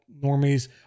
normies